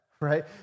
right